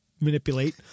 Manipulate